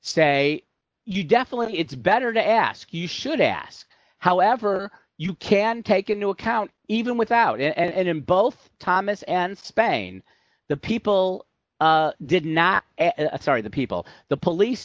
say you definitely it's better to ask you should ask however you can take into account even without and in both thomas and spain the people did not sorry the people the police